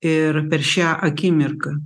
ir per šią akimirką